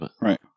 Right